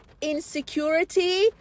insecurity